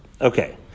Okay